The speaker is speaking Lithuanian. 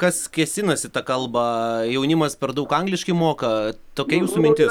kas kėsinas į tą kalbą jaunimas per daug angliškai moka tokia jūsų mintis